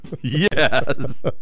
Yes